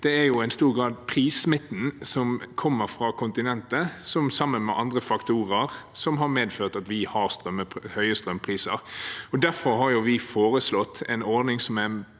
Det er i stor grad prissmitten som kommer fra kontinentet, sammen med andre faktorer, som har medført at vi har høye strømpriser. Derfor har vi foreslått en ordning som er